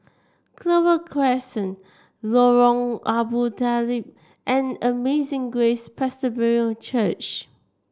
Clover Crescent Lorong Abu Talib and Amazing Grace Presbyterian Church